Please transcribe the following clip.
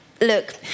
Look